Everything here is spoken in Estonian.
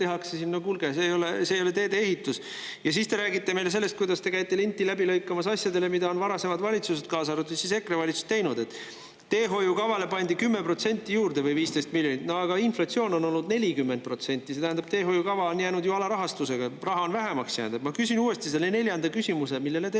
tehakse. No kuulge, see ei ole teedeehitus! Ja siis te räägite meile sellest, kuidas te käite linti läbi lõikamas asjadel, mida varasemad valitsused, kaasa arvatud EKRE valitsus, on teinud. Teehoiukavale pandi 10% või 15 miljonit juurde, aga inflatsioon on olnud 40%. See tähendab, et teehoiukava on jäänud alarahastusega, raha on vähemaks jäänud. Ma küsin uuesti selle neljanda küsimuse, millele te